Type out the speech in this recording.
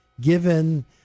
given